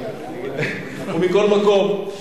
ומכל מקום, רבותי,